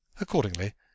Accordingly